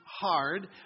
hard